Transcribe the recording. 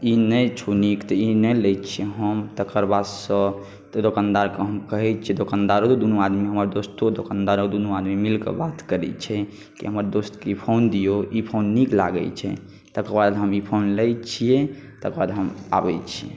ई नहि छौ नीक तऽ ई नहि लै छिए हम तकर बादसँ ओहि दोकानदारके हम कहै छिए दोकानदारो दुनू आदमी हमर दोस्तो दोकानदारो दूनू आदमी मिलिकऽ बात करै छै कि हमर दोस्तके ई फोन दिऔ ई फोन नीक लागै छै तकर बाद हम ई फोन लै छिए तकर बाद हम आबै छिए